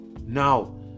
now